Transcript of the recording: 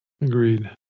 agreed